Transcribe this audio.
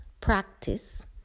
practice